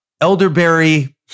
Elderberry